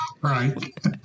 Right